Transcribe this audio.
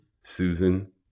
Susan